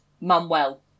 Manuel